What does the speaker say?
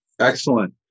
excellent